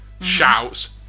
shouts